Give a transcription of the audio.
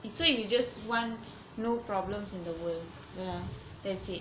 so you just want no problems in the world that's it